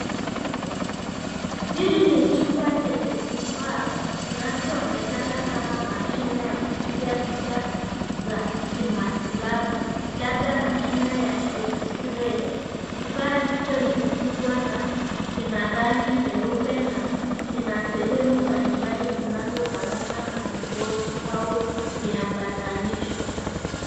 Hili ni chumba chenye kifaa kinachoonekana kama mashine ya kupiga picha za kimatibabu labda ya mashine ya x-ray kifaa hicho ni kikubwa na kina rangi nyeupe na kina sehemu mbali mbali zinazofanana na mikono au vyambatanisho.